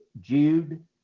Jude